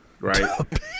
Right